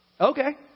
Okay